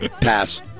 Pass